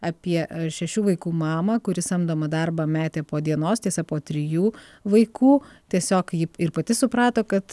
apie šešių vaikų mamą kuri samdomą darbą metė po dienos tiesa po trijų vaikų tiesiog ji ir pati suprato kad